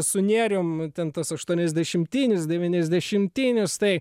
su nėrium ten tuos aštuoniasdešimtinius deviniasdešimtinius tai